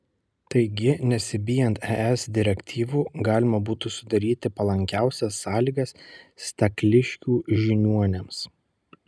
taigi nesibijant es direktyvų galima būtų sudaryti palankiausias sąlygas stakliškių žiniuoniams